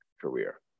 career